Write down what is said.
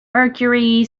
mercury